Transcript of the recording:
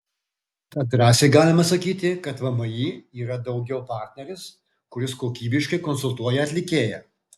tad drąsiai galima sakyti kad vmi yra daugiau partneris kuris kokybiškai konsultuoja atlikėją